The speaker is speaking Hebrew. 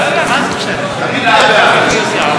הצעת סיעת המחנה הציוני